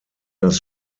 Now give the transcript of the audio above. das